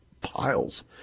piles